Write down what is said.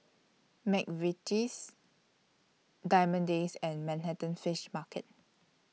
Mcvitie's Diamond Days and Manhattan Fish Market